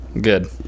Good